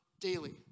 daily